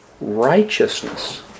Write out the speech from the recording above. Righteousness